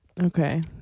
okay